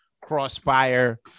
crossfire